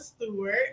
Stewart